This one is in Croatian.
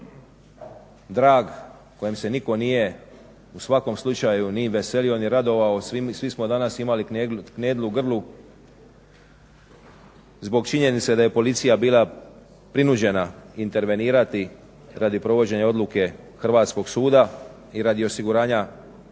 drag, kojem se nitko nije u svakom slučaju ni veselio ni radovao, svi smo danas imali knedlu u grlu zbog činjenice da je policija bila prinuđena intervenirati radi provođenja odluke hrvatskog suda i radi osiguranja